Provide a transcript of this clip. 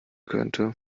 könnte